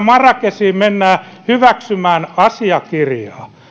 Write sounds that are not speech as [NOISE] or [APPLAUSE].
[UNINTELLIGIBLE] marrakechiin mennään hyväksymään asiakirjaa